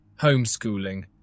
homeschooling